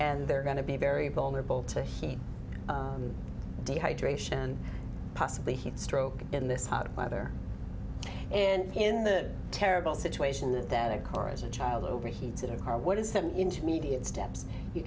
and they're going to be very vulnerable to heat dehydration and possibly heat stroke in this hot weather and in the terrible situation that that a car as a child overheated a car what is the intermediate steps you